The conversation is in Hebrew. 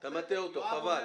אתה מטעה אותו, חבל.